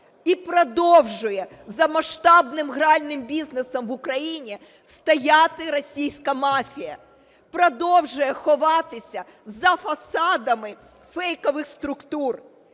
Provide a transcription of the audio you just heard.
І продовжує за масштабним гральним бізнесом в Україні стояти російська мафія, продовжує ховатися за фасадами фейкових структур.